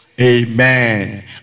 Amen